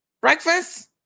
breakfast